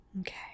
Okay